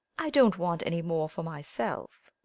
i don't want any more for myself.